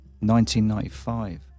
1995